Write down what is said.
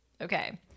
Okay